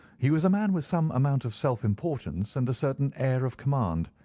he was a man with some amount of self-importance and a certain air of command.